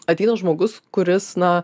ateina žmogus kuris na